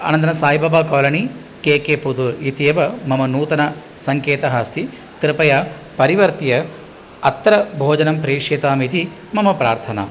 अनन्तर Saibaba colony K K Pudur इत्येव मम नूतनसङ्केतः अस्ति कृपया परिवर्त्य अत्र भोजनं प्रेष्यताम् इति मम प्रार्थना